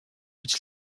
which